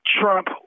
Trump